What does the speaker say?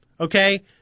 okay